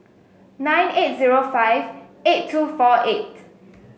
nine eight zero five eight two four eight